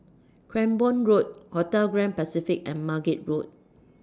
Cranborne Road Hotel Grand Pacific and Margate Road